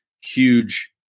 Huge